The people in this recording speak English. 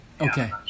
Okay